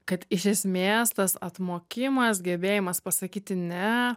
kad iš esmės tas atmokimas gebėjimas pasakyti ne